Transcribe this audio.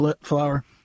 flower